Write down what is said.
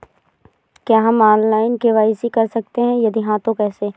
क्या हम online KYC कर सकते हैं यदि हाँ तो कैसे?